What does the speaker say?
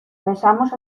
besamos